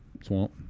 Swamp